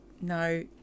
no